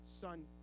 son